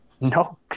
no